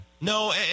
No